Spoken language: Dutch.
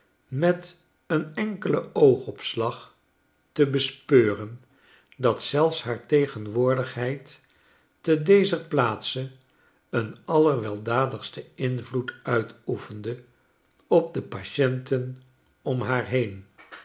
met een enkelen oogopslag te bespeuren dat zelfs haar tegenwoordigheid te dezer plaatse een allerweldadigsten invloed uitoefende op de patienten om haar heen